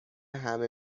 همه